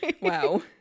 Wow